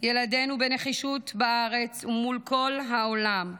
ילדינו בנחישות בארץ ומול כל העולם,